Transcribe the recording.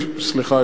סליחה,